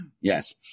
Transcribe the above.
Yes